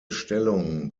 stellung